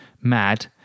mad